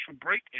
break